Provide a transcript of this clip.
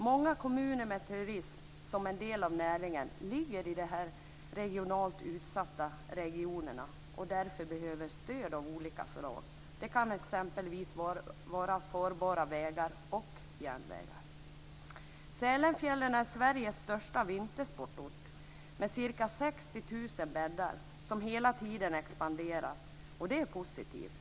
Många kommuner med turistnäring ligger i dessa utsatta regioner. Därför behöver dessa kommuner stöd av olika slag. Det kan t.ex. vara farbara vägar och järnvägar. Sälenfjällen är Sveriges största vintersportort med ca 60 000 bäddar och som hela tiden expanderar. Det är positivt.